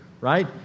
right